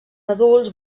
adults